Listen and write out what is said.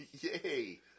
Yay